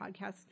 Podcast